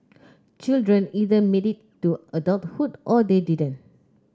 children either made it to adulthood or they didn't